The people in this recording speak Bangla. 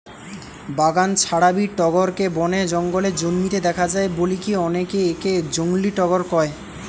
বাগান ছাড়াবি টগরকে বনে জঙ্গলে জন্মিতে দেখা যায় বলিকি অনেকে একে জংলী টগর কয়